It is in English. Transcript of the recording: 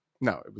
No